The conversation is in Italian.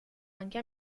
anche